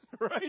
right